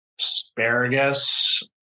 asparagus